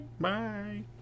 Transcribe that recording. Bye